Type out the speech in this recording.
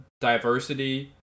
diversity